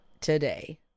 today